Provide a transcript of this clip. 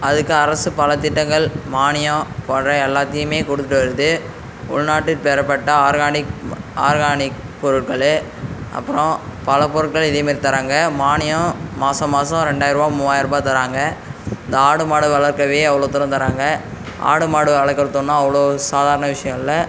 அதுக்கு அரசு பல திட்டங்கள் மானியம் போன்ற எல்லாத்தையுமே கொடுத்துட்டு வருது உள்நாட்டில் பெறப்பட்ட ஆர்கானிக் ம ஆர்கானிக் பொருட்கள் அப்புறம் பல பொருட்களும் இதேமாதிரி தராங்க மானியம் மாச மாசம் ரெண்டாயருபா மூவாயர ருபா தராங்க இந்த ஆடு மாடு வளர்க்கவே அவ்வளோதூரம் தராங்க ஆடு மாடு வளர்க்கறது ஒன்றும் அவ்வளோ சாதாரண விஷயம் இல்லை